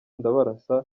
ndabarasa